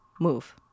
move